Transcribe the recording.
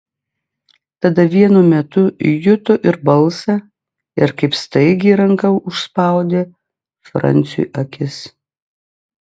tada vienu metu juto ir balsą ir kaip staigiai ranka užspaudė franciui akis